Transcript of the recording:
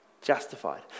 Justified